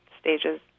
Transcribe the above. stages